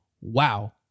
wow